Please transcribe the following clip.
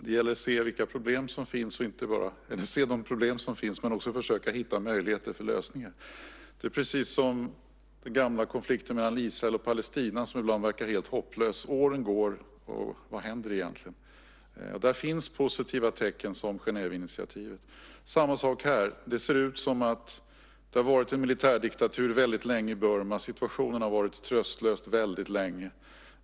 Det gäller att se vilka problem som finns men också försöka hitta möjligheter till lösningar. Det är precis som den gamla konflikten mellan Israel och Palestina, som ibland verkar helt hopplös. Åren går, och vad händer egentligen? Där finns positiva tecken, som Genèveinitiativet. Det är samma sak här. Det har varit en militärdiktatur väldigt länge i Burma. Situationen har varit tröstlös väldigt länge.